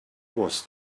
was